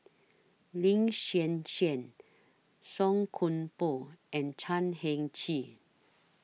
Lin Hsin Hsin Song Koon Poh and Chan Heng Chee